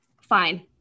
fine